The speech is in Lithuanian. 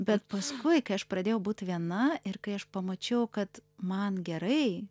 bet paskui kai aš pradėjau būt viena ir kai aš pamačiau kad man gerai